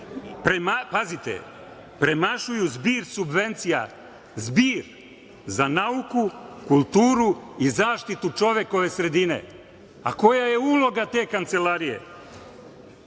Pazite, premašuju zbir subvencija za nauku, kulturu i zaštitu čovekove sredine. A koja je uloga te Kancelarije?